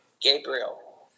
Gabriel